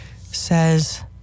says